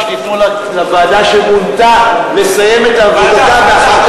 או שתיתנו לוועדה שמונתה לסיים את עבודתה ואחר כך,